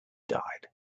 died